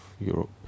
Europe